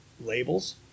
labels